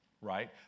right